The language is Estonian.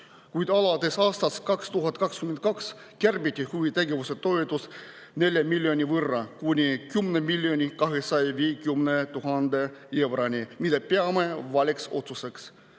kuid alates aastast 2022 kärbiti huvitegevuse toetust 4 miljoni võrra, 10 250 000 euroni, mida peame valeks otsuseks.